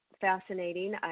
fascinating